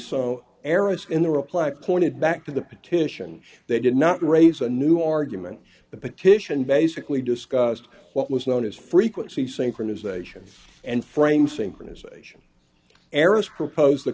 eris in the reply pointed back to the petition they did not raise a new argument the petition basically discussed what was known as frequency synchronisation and frame synchronization eris proposed the